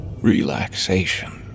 relaxation